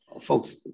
folks